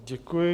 Děkuji.